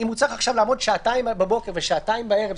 אם הוא צריך עכשיו לעמוד שעתיים בבוקר ושעתיים בערב,